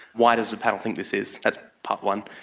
why does the panel think this is? that's part one.